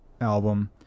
album